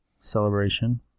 celebration